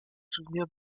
souvenirs